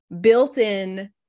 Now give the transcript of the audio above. built-in